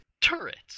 turrets